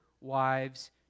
wives